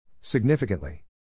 Significantly